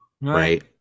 right